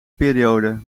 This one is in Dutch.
periode